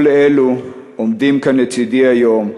כל אלו עומדים כאן לצדי היום,